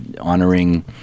honoring